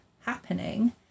happening